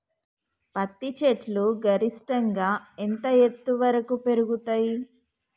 పత్తి చెట్లు గరిష్టంగా ఎంత ఎత్తు వరకు పెరుగుతయ్?